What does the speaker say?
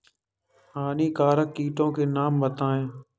हानिकारक कीटों के नाम बताएँ?